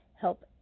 help